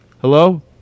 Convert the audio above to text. Hello